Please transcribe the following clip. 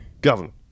government